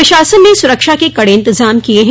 प्रशासन ने सुरक्षा के कड़े इंतजाम किये हैं